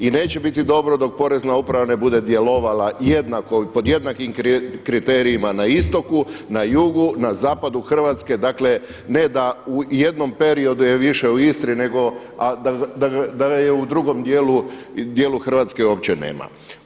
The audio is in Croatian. I neće biti dobro dok Porezna uprava bude djelovala jednako pod jednakim kriterijima na istoku, na jugu, na zapadu Hrvatsku, dakle ne da u jednom periodu je više u Istri nego a da je u drugom dijelu Hrvatske uopće nema.